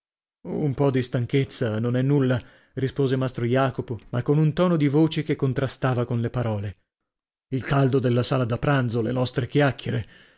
un po di stanchezza non è nulla rispose mastro jacopo ma con un tono di voce che contrastava con le parole il caldo della sala da pranzo le nostre chiacchiere